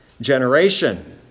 generation